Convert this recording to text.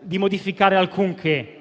di modificare alcunché